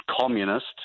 communist